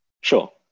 Sure